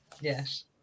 Yes